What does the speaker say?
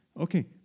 okay